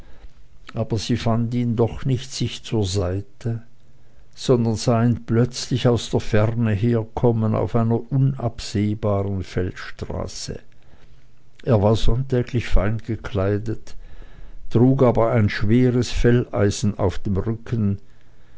aber sie fand ihn doch nicht sich zur seite sondern sah ihn plötzlich aus der ferne herkommen auf einer unabsehbaren feldstraße er war sonntäglich fein gekleidet trug aber ein schweres felleisen auf dem rücken